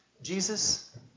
Jesus